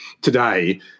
today